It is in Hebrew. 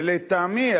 ולטעמי,